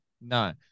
No